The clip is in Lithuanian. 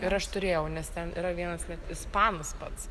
ir aš turėjau nes ten yra vienas net ispanas pats